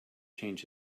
change